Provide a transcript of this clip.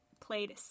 played